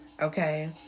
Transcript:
okay